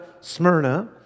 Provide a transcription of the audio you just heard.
Smyrna